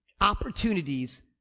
Opportunities